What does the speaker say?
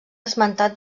esmentat